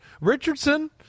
Richardson